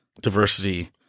diversity